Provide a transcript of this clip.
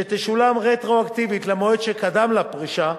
שתשולם רטרואקטיבית למועד שקדם לפרישה,